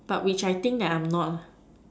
but which that I'm not